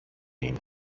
mean